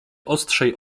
ostrzej